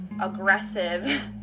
aggressive